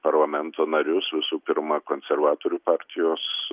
parlamento narius visų pirma konservatorių partijos